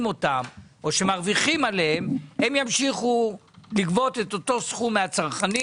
אותם או שמרוויחים עליהם ימשיכו לגבות את אותו סכום מהצרכנים.